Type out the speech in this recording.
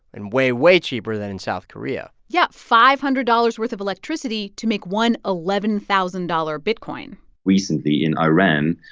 and way, way cheaper than in south korea yeah, five hundred dollars worth of electricity to make one eleven thousand dollars bitcoin recently, in iran,